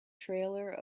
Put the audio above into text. trailer